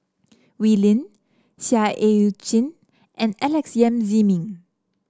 Wee Lin Seah Eu Chin and Alex Yam Ziming